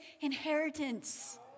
inheritance